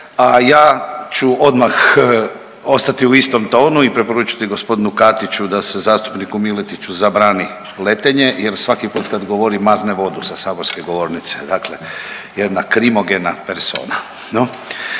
a ja ću odmah ostati u istom tonu i preporučiti gospodinu Katiću da se zastupniku Miletiću zabrani letenje, jer svaki put kad govori mazne vodu sa saborske govornice. Dakle, jedna krimogena persona.